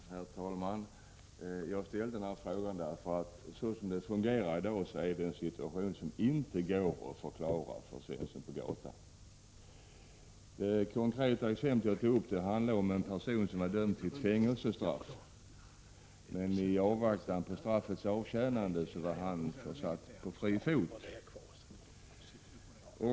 Herr talman! Jag ställde den här frågan därför att den situation som i dag råder inte går att förklara för Svensson på gatan. Det konkreta exempel som jag anförde gällde en person som är dömd till fängelsestraff men som i avvaktan på straffets avtjänande var försatt på fri fot.